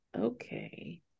Okay